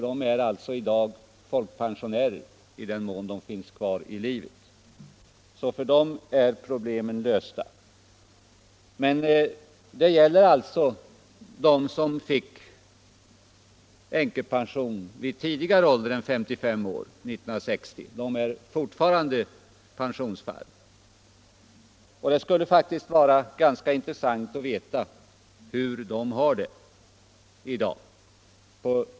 De är i dag folkpensionärer i den mån de finns kvar i livet. Men det gäller dem som 1960 fick änkepension vid tidigare ålder än 55 år. De är fortfarande pensionsfall, och det skulle vara ganska intressant att veta hur de har det i dag.